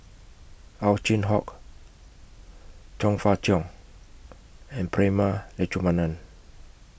Ow Chin Hock Chong Fah Cheong and Prema Letchumanan